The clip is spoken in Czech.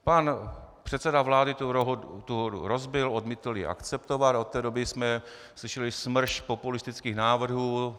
Pan předseda vlády tu dohodu rozbil, odmítl ji akceptovat, a od té doby jsme slyšeli smršť populistických návrhů.